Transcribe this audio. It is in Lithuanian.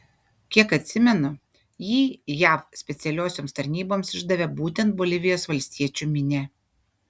kiek atsimenu jį jav specialiosioms tarnyboms išdavė būtent bolivijos valstiečių minia